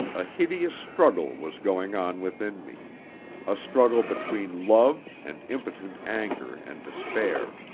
a hideous struggle was going on within me a struggle between love and impotent anger and despair,